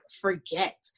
forget